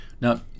now